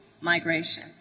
migration